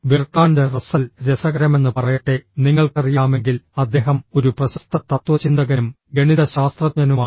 Bertrand Russell രസകരമെന്നു പറയട്ടെ നിങ്ങൾക്കറിയാമെങ്കിൽ അദ്ദേഹം ഒരു പ്രശസ്ത തത്ത്വചിന്തകനും ഗണിതശാസ്ത്രജ്ഞനുമാണ്